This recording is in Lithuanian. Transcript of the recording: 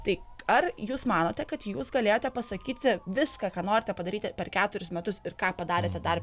tai ar jūs manote kad jūs galėjote pasakyti viską ką norite padaryti per keturis metus ir ką padarėte dar